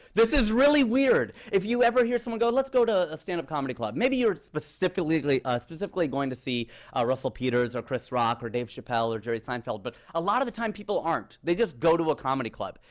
this is really weird. if you ever hear someone go, let's go to a stand-up comedy club, maybe you are specifically ah specifically going to see ah russell peters, or chris rock, or dave chapelle, or jerry seinfeld. but a lot of the time, people aren't. they just go to a comedy club.